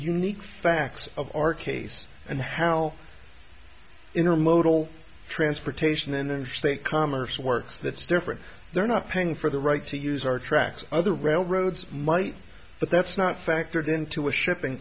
unique facts of our case and health intermodal transportation and then they commerce works that's different they're not paying for the right to use our tracks other railroads might but that's not factored into a shipping